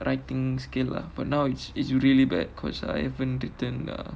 writing skills lah but now it's it's really bad because I haven't written uh